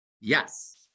Yes